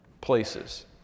places